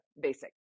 basic